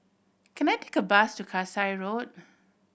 can I take a bus to Kasai Road